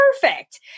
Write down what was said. perfect